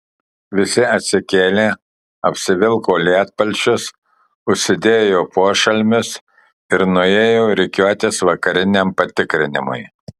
visi atsikėlė apsivilko lietpalčius užsidėjo pošalmius ir nuėjo rikiuotis vakariniam patikrinimui